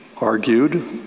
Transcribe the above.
argued